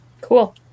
cool